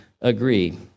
agree